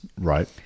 Right